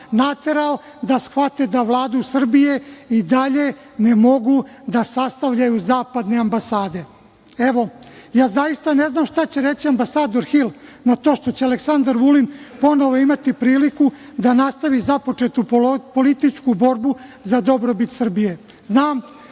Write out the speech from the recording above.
naterao da shvate da Vladu Srbije i dalje ne mogu da sastavljaju zapadne ambasade. Zaista ne znam šta će reći ambasador Hil na to što će Aleksandar Vulin ponovo imati priliku da nastavi započetu političku borbu za dobrobit Srbije. Znam,